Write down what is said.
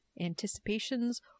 anticipations